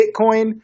Bitcoin